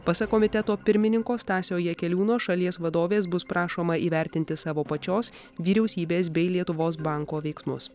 pasak komiteto pirmininko stasio jakeliūno šalies vadovės bus prašoma įvertinti savo pačios vyriausybės bei lietuvos banko veiksmus